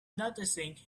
noticing